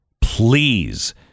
please